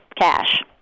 cash